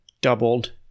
doubled